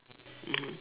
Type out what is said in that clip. mmhmm